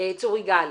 צור יגאל.